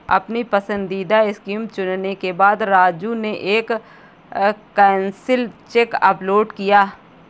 अपनी पसंदीदा स्कीम चुनने के बाद राजू ने एक कैंसिल चेक अपलोड किया